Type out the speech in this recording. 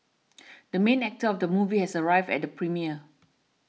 the main actor of the movie has arrived at the premiere